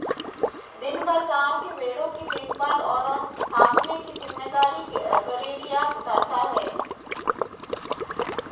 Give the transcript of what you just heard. दिन भर गाँव के भेंड़ों की देखभाल और हाँकने की जिम्मेदारी गरेड़िया उठाता है